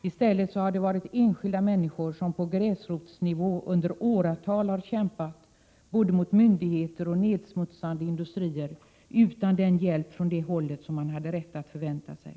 I stället har det varit enskilda människor som på gräsrotsnivå under åratal har kämpat mot både myndigheter och nedsmutsande industrier, utan den hjälp från det hållet som man hade rätt att förvänta sig.